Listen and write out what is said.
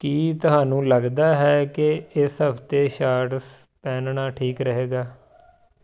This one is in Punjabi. ਕੀ ਤੁਹਾਨੂੰ ਲੱਗਦਾ ਹੈ ਕਿ ਇਸ ਹਫਤੇ ਸ਼ਾਰਟਸ ਪਹਿਨਣਾ ਠੀਕ ਰਹੇਗਾ